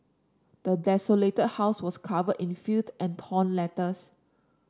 the desolated house was covered in filth and torn letters